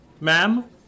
Ma'am